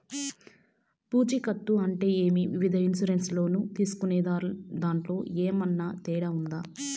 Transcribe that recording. పూచికత్తు అంటే ఏమి? వివిధ ఇన్సూరెన్సు లోను తీసుకునేదాంట్లో ఏమన్నా తేడా ఉందా?